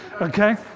Okay